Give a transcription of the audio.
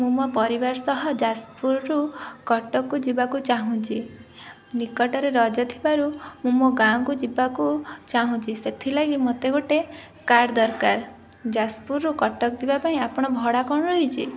ମୁଁ ମୋ ପରିବାର ସହ ଯାଜପୁରରୁ କଟକକୁ ଯିବାକୁ ଚାହୁଁଛି ନିକଟରେ ରଜ ଥିବାରୁ ମୁଁ ମୋ ଗାଁକୁ ଯିବାକୁ ଚାହୁଁଛି ସେଥିଲାଗି ମୋତେ ଗୋଟେ କାର୍ ଦରକାର ଯାଜପୁରରୁ କଟକ ଯିବାପାଇଁ ଆପଣ ଭଡ଼ା କ'ଣ ରହିଛି